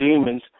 demons